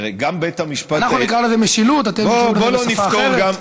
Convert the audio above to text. אנחנו נקרא לזה משילות, אתם תקראו לזה בשפה אחרת.